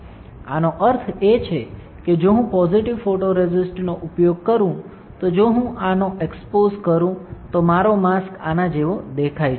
આનો અર્થ એ છે કે જો હું પોઝિટિવ ફોટોરેસ્ટનો ઉપયોગ કરું તો જો હું આનો એક્સપોઝ કરું તો મારો માસ્ક આના જેવો દેખાય છે